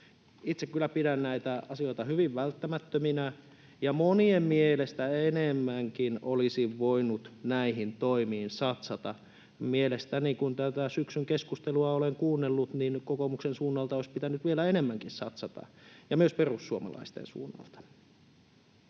Itse kyllä pidän näitä asioita hyvin välttämättöminä, ja monien mielestä enemmänkin olisi voinut näihin toimiin satsata. Mielestäni, kun tätä syksyn keskustelua olen kuunnellut, niin kokoomuksen suunnalta olisi pitänyt vielä enemmänkin satsata ja myös perussuomalaisten suunnalta.